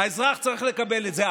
האזרח צריך לקבל את זה.